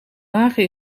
wagen